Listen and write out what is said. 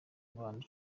abantu